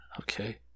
Okay